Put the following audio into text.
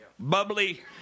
Bubbly